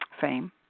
fame